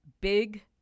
Big